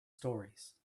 stories